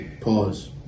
Pause